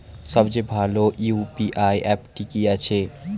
সবচেয়ে ভালো ইউ.পি.আই অ্যাপটি কি আছে?